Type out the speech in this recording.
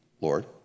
Lord